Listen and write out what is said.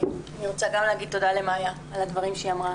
גם אני רוצה להגיד למאיה תודה על הדברים שהיא אמרה.